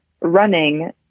running